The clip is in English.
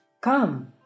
Come